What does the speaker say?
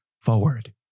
forward